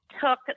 took